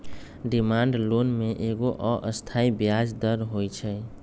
demand loan में एगो अस्थाई ब्याज दर होइ छइ